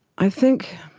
i think